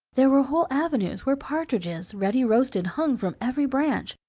there were whole avenues where partridges, ready roasted, hung from every branch,